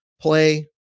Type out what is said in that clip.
play